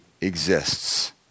exists